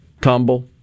tumble